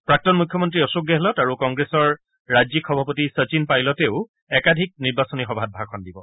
প্ৰাক্তন মুখ্যমন্ত্ৰী অশোক গেহলট আৰু কংগ্ৰেছৰ ৰাজ্যিক সভাপতি শচীন পাইলটেও একাধিক নিৰ্বাচনী সভাত ভাষণ দিব